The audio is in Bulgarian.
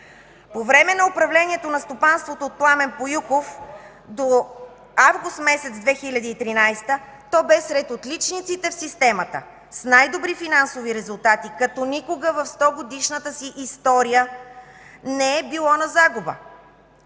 По време на управлението на стопанството от Пламен Поюков до август месец 2013 г., то бе сред отличниците в системата – с най-добри финансови резултати, като никога в 100-годишната си история не е било на загуба.